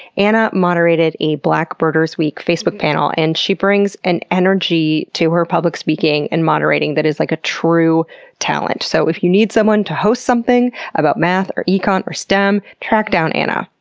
anna moderated a black birders week facebook panel, and she brings an energy to her public speaking and moderating that is, like, a true talent. so if you need someone to host something about math, or econ, or stem, track down anna.